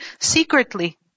secretly